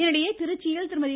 இதனிடையே திருச்சியில் திருமதி